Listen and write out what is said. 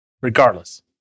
Regardless